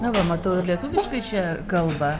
na va matau ir lietuviškai čia kalba